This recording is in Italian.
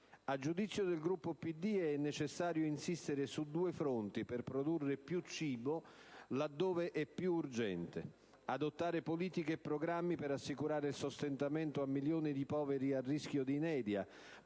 A giudizio del Gruppo PD, è necessario insistere su due fronti per produrre più cibo laddove è più urgente: adottare politiche e programmi per assicurare sostentamento a milioni di poveri a rischio di inedia;